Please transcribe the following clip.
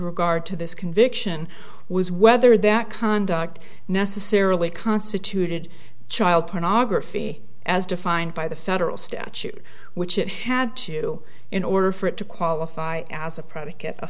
regard to this conviction was whether that conduct necessarily constituted child pornography as defined by the federal statute which it had to in order for it to qualify as a